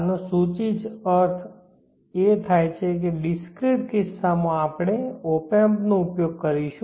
આનો સૂચિત અર્થ એ થાય કે ડિસ્ક્રિટકિસ્સા માં આપણે ઓપેમ્પ નો ઉપયોગ કરીશું